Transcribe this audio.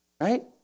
right